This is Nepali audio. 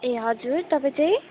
ए हजुर तपाईँ चाहिँ